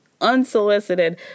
unsolicited